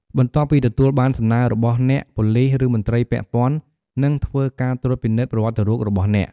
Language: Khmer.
បន្ទាប់ពីទទួលបានសំណើរបស់អ្នក ប៉ូលីស ឬមន្ត្រីពាក់ព័ន្ធ នឹងធ្វើការត្រួតពិនិត្យប្រវត្តិរូបរបស់អ្នក។